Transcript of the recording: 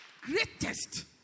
Greatest